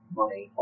money